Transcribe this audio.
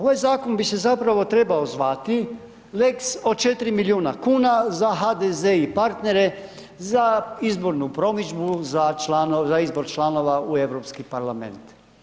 Ovaj zakon bi se zapravo trebao zvati lex od 4 milijuna kuna za HDZ i partnere za izbornu promidžbu za izbor članova u EU parlament.